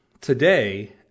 Today